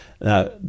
Now